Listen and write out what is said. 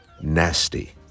nasty